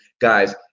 Guys